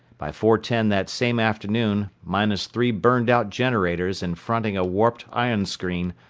by four ten that same afternoon, minus three burned out generators and fronting a warped ion screen,